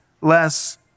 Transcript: less